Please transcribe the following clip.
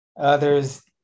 Others